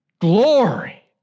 Glory